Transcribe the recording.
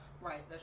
Right